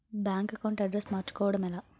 Bank account address మార్చుకోవడం ఎలా?